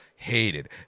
hated